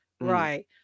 right